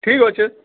ଠିକ୍ ଅଛେ